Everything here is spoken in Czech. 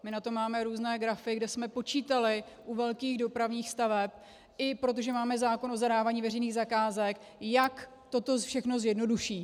My na to máme různé grafy, kde jsme počítali u velkých dopravních staveb, i protože máme zákon o zadávání veřejných zakázek, jak toto všechno zjednoduší.